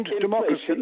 democracy